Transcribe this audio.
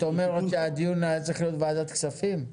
את אומרת שהדיון היה צריך להיות בוועדת הכספים?